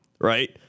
right